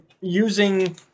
using